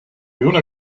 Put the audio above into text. una